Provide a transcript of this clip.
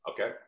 Okay